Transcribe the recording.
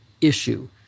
issue